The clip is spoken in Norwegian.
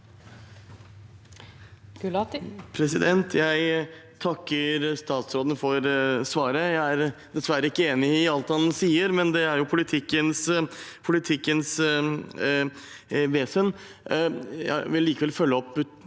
Jeg takker stats- råden for svaret. Jeg er dessverre ikke enig i alt han sier, men det er jo politikkens vesen. Jeg vil likevel følge opp